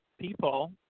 people